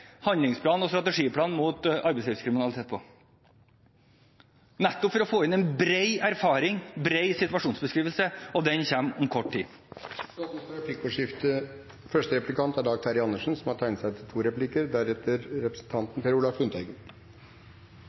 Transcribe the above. handlingsplan og strategiplan mot arbeidslivskriminalitet på, nettopp for å få inn en bred erfaring, bred situasjonsbeskrivelse, og den kommer om kort tid. Det blir replikkordskifte. Statsråden nevnte noen eksempler. Jeg går ut fra at ikke regjeringa har